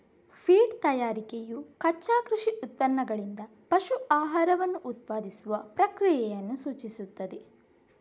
feed ತಯಾರಿಕೆಯು ಕಚ್ಚಾ ಕೃಷಿ ಉತ್ಪನ್ನಗಳಿಂದ ಪಶು ಆಹಾರವನ್ನು ಉತ್ಪಾದಿಸುವ ಪ್ರಕ್ರಿಯೆಯನ್ನು ಸೂಚಿಸುತ್ತದೆ